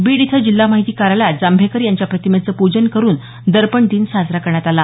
बीड इथं जिल्हा माहिती कार्यालयात जांभेकर यांच्या प्रतिमेचे पूजन करून दर्पण दिन साजरा करण्यात आला